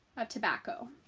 of tobacco.